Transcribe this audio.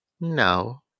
no